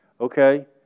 Okay